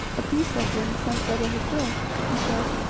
a peace-offering sent by the hesea, he said,